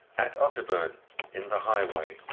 at otterburn in the high way,